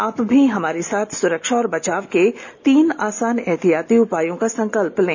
आप भी हमारे साथ सुरक्षा और बचाव के तीन आसान एहतियाती उपायों का संकल्प लें